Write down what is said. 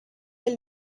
est